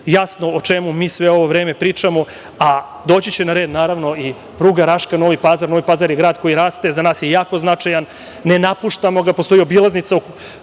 jasno o čemu mi sve ovo vreme pričamo, a doći će na red, naravno i pruga Raška-Novi Pazar. Novi Pazar je grad koji raste, za nas je jako značajan, ne napuštamo ga, postoji obilaznica oko